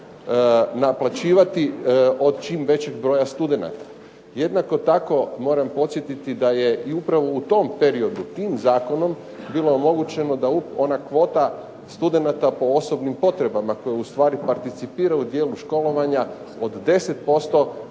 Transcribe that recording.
naplaćivati od čim većeg broja studenata. Jednako tako, moram podsjetiti da je i upravo u tom periodu, tim zakonom, bilo omogućeno da ona kvota studenata po osobnim potrebama koji ustvari participira u dijelu školovanja od 10%